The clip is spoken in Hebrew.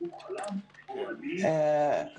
יש